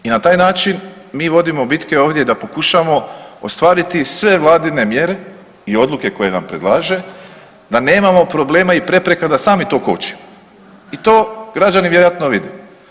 I na taj način mi vodimo bitke ovdje da pokušamo ostvariti sve Vladine mjere i odluke koje nam predlaže da nemamo problema i prepreka da sami to kočimo i to građani vjerojatno vide.